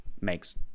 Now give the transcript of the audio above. makes